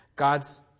God's